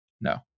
No